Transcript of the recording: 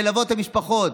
ללוות את המשפחות.